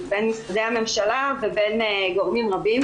בתפעול, בין משרדי הממשלה ובין גורמים רבים.